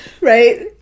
Right